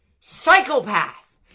psychopath